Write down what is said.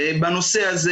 בנושא הזה